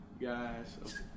guys